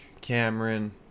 cameron